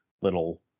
little